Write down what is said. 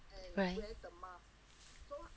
right